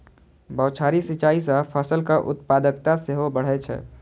बौछारी सिंचाइ सं फसलक उत्पादकता सेहो बढ़ै छै